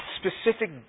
specific